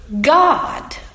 God